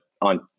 on